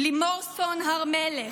לימור סון הר מלך,